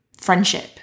friendship